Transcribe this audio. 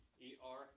E-R